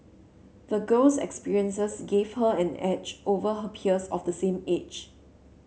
the girls experiences gave her an edge over her peers of the same age